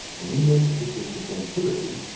in england this is the gentility,